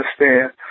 understand